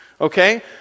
okay